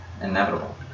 inevitable